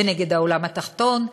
ונגד העולם התחתון,